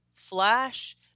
Flash